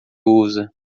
usa